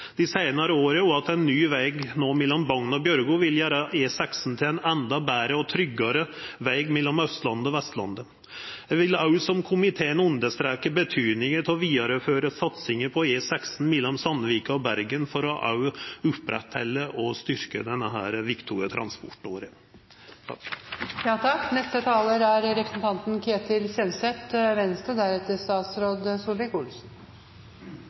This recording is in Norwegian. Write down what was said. dei seinare åra, og ein ny veg no mellom Bagn og Bjørgo, vil gjera E16 til ein endå betre og tryggare veg mellom Austlandet og Vestlandet. Eg vil som komiteen òg understreka betydninga av å vidareføra satsinga på E16 mellom Sandvika og Bergen for å oppretthalda og styrkja denne viktige transportåra. Det er gledelig at det er